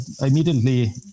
immediately